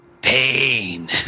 Pain